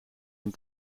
een